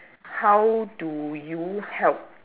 how do you help